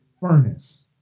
furnace